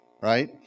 right